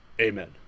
Amen